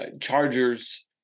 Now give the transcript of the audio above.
Chargers